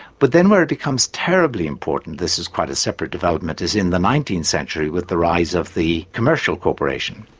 but then where it becomes terribly important this is quite a separate development is in the nineteenth century with the rise of the commercial corporation.